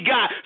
God